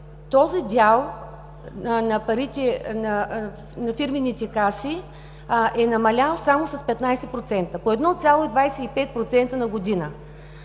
парите на фирмените каси е намалял само с 15% – по 1,25% на година,